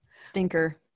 stinker